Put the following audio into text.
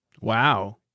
Wow